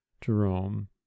Jerome